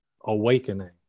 awakening